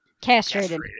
castrated